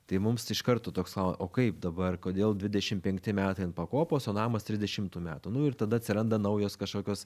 tai mums iš karto toks o kaip dabar kodėl dvidešim penkti metai ant pakopos o namas trisdešimtų metų nu ir tada atsiranda naujos kažkokios